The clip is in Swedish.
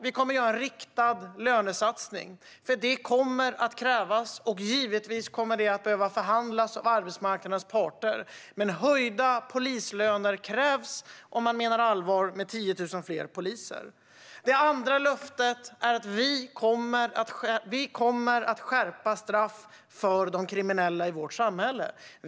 Vi kommer att göra en riktad lönesatsning, för det kommer att krävas, och givetvis kommer det att behöva förhandlas med arbetsmarknadens parter. Men höjda polislöner krävs om man menar allvar med 10 000 fler poliser. Det andra löftet är att vi kommer att skärpa straffen för de kriminella i vårt samhälle.